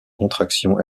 contraction